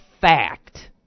fact